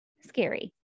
scary